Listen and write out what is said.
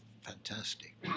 fantastic